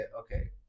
okay